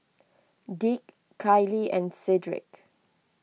Dick Kailee and Cedric